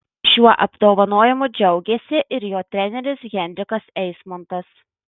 šiuo apdovanojimu džiaugėsi ir jo treneris henrikas eismontas